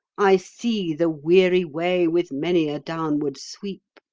i see the weary way with many a downward sweep.